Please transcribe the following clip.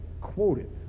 quoted